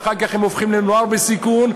ואחר כך הם הופכים לנוער בסיכון,